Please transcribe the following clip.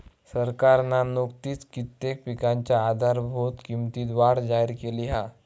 सरकारना नुकतीच कित्येक पिकांच्या आधारभूत किंमतीत वाढ जाहिर केली हा